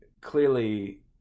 clearly